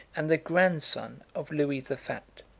and the grandson of louis the fat.